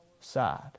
side